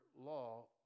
law